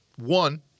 One